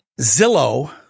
Zillow